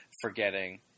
forgetting